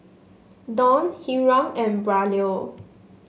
Dawn Hiram and Braulio